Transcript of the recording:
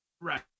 Right